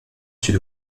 sud